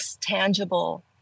tangible